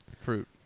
Fruit